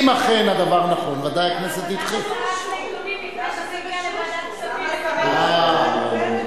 אם אכן הדבר נכון, ודאי הכנסת, למה זה ב"שושו"?